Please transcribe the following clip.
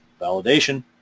validation